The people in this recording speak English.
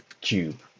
cube